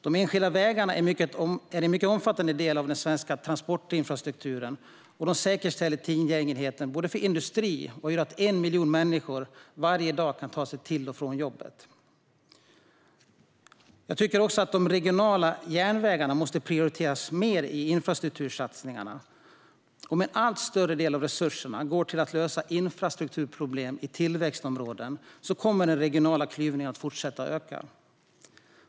De enskilda vägarna är en mycket omfattande del av den svenska transportinfrastrukturen, och de säkerställer tillgängligheten för industrin och gör att 1 miljon människor varje dag kan ta sig till och från jobbet. Jag tycker också att de regionala järnvägarna måste prioriteras mer i infrastruktursatsningarna. Om en allt större del av resurserna går till att lösa infrastrukturproblem i tillväxtområden kommer den regionala klyvningen att fortsätta öka.